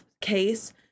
case